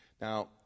Now